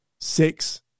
six